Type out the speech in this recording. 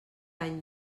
any